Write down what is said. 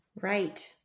Right